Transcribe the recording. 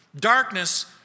Darkness